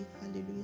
Hallelujah